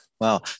Wow